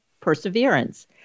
Perseverance